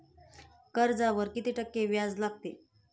कर्जावर किती टक्के व्याज लागते?